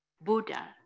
Buddha